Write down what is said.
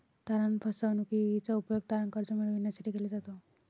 तारण फसवणूकीचा उपयोग तारण कर्ज मिळविण्यासाठी केला जातो